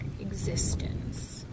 existence